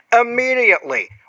immediately